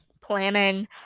planning